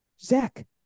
Zach